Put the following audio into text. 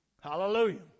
Hallelujah